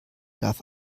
darf